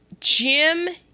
Jim